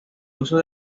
uso